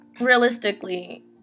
realistically